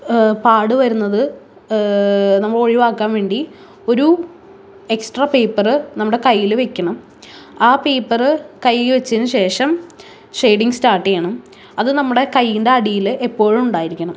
പാട് വരുന്നത് നമ്മളൊഴിവാക്കാൻ വേണ്ടി ഒരു എക്സ്ട്രാ പേപ്പറ് നമ്മുടെ കയ്യില് വെക്കണം ആ പേപ്പറ് കൈയ്യിൽ വെച്ചതിന് ശേഷം ഷെയ്ഡിങ് സ്റ്റാർട്ട് ചെയ്യണം അത് നമ്മുടെ കയ്യിന്റ അടിയിൽ എപ്പോഴും ഉണ്ടായിരിക്കണം